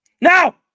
Now